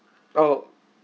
oh